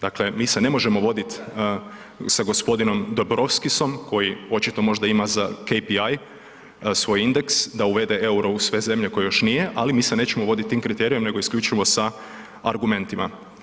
Dakle, mi se ne možemo voditi sa g. Dombrovskisom koji očito možda ima za KPI svoj indeks da uvede euro u sve zemlje u koje još nije, ali mi se nećemo voditi tim kriterijem, nego isključivo sa argumentima.